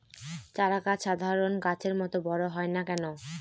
চারা গাছ সাধারণ গাছের মত বড় হয় না কেনো?